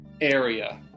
area